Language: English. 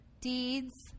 deeds